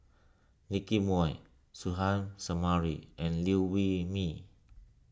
Nicky Moey Suzairhe Sumari and Liew Wee Mee